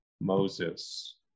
Moses